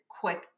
quick